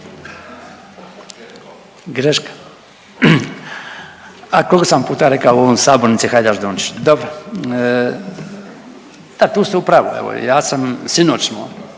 greška, a koliko sam puta rekao u ovoj sabornici Hajdaš Dončić. Dobro, da tu ste u pravu, evo ja sam sinoć